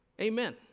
Amen